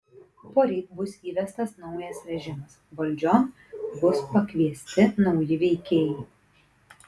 poryt bus įvestas naujas režimas valdžion bus pakviesti nauji veikėjai